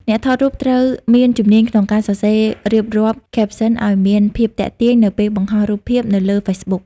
អ្នកថតរូបត្រូវមានជំនាញក្នុងការសរសេររៀបរាប់ Captions ឱ្យមានភាពទាក់ទាញនៅពេលបង្ហោះរូបភាពនៅលើហ្វេសប៊ុក។